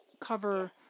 cover